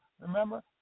remember